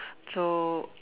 so